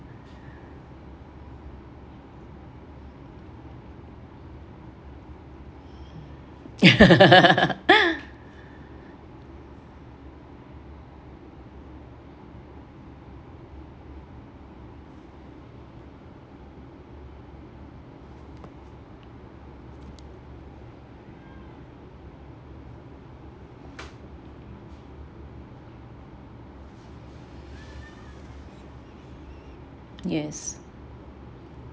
yes